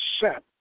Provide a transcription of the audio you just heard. Set